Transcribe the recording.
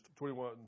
21